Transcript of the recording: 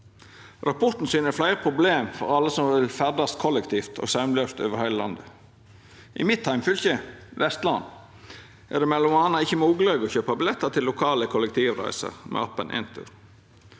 Rapporten syner fleire problem for alle som vil ferdast kollektivt og saumlaust over heile landet. I mitt heimfylke, Vestland, er det m.a. ikkje mogleg å kjøpa billettar til lokale kollektivreiser med appen Entur.